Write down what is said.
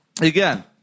again